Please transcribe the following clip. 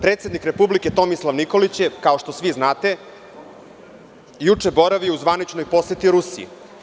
Predsednik Republike Tomislav Nikolić je kao što svi znate, juče boravio u zvaničnoj poseti Rusiji.